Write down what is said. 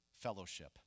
fellowship